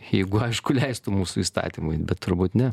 jeigu aišku leistų mūsų įstatymai bet turbūt ne